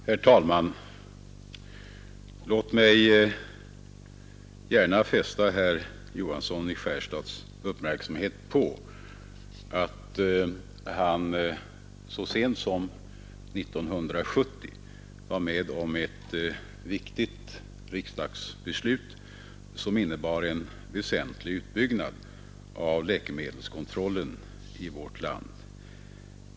Herr talman! Låt mig fästa herr Johanssons i Skärstad uppmärksamhet på att han så sent som 1970 var med om ett viktigt riksdagsbeslut, som innebar en väsentlig utbyggnad av läkemedelskontrollen i vårt land.